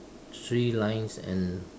three lines and